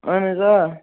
اہن حظ آ